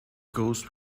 goes